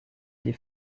des